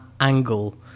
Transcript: angle